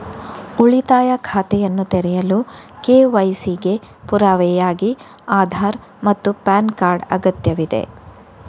ಉಳಿತಾಯ ಖಾತೆಯನ್ನು ತೆರೆಯಲು ಕೆ.ವೈ.ಸಿ ಗೆ ಪುರಾವೆಯಾಗಿ ಆಧಾರ್ ಮತ್ತು ಪ್ಯಾನ್ ಕಾರ್ಡ್ ಅಗತ್ಯವಿದೆ